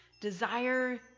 Desire